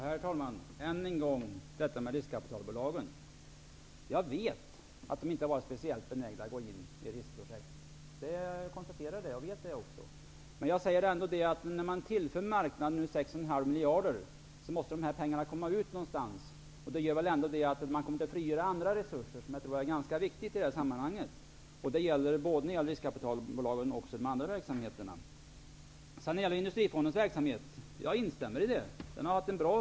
Herr talman! Än en gång till detta med riskkapitalbolagen. Jag vet att de inte har varit särskilt benägna att gå in i riskprojekt. Det kan man konstatera. När man nu ändå tillför marknaden 6,5 miljarder kronor måste pengarna användas på något sätt, vilket kan frigöra andra resurser. Det är i det här sammanhanget viktigt både när det gäller riskkapitalbolagen och när det gäller andra verksamheter. När det gäller Industrifondens verksamhet instämmer jag i att den har fungerat bra.